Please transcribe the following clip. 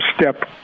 step